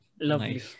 Lovely